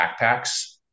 backpacks